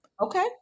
Okay